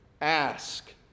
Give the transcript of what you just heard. ask